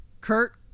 Kurt